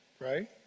right